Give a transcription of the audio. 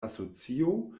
asocio